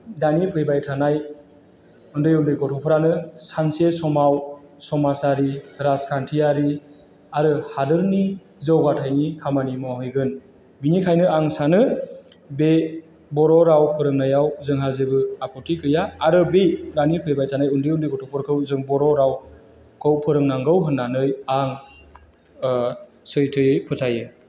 दानि फैबाय थानाय उन्दै उन्दै गथ'फोरानो सानसे समाव समाजारि राजखान्थियारि आरो हादरनि जौगाथायनि खामानि मावहैगोन बिनिखायनो आं सानो बे बर' राव फोरोंनायाव जोंहा जेबो आफुथि गैया आरो बे दानि फैबाय थानाय उन्दै उन्दै गथ'फोरखौ जों बर' रावखौ फोरोंनांगौ होननानै आं सैथोयै फोथायो